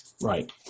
Right